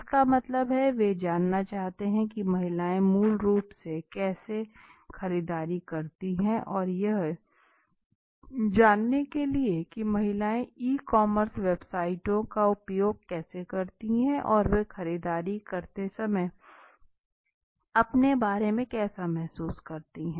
इसका मतलब है कि वे जानना चाहते थे कि महिलाएं मूल रूप से कैसे खरीदारी करती हैं और यह जानने के लिए कि महिलाएं ई कॉमर्स वेबसाइटों का उपयोग कैसे करती हैं और वे खरीदारी करते समय अपने बारे में कैसा महसूस करती हैं